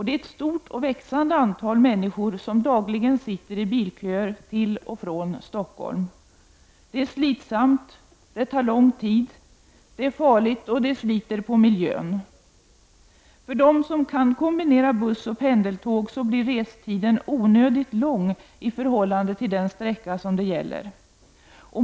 Det är ett stort och växande antal människor som dagligen sitter i bilköer till och från Stockholm. Det är slitsamt, det tar lång tid, det är farligt och det sliter på miljön. För dem som kombinerar buss och pendeltåg blir restiden onödigt lång i förhållande till den sträcka det gäller.